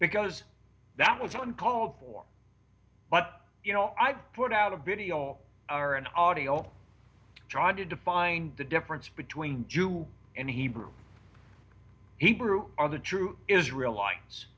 because that was uncalled for but you know i put out a video or an audio drawn to define the difference between in hebrew hebrew are the true israel li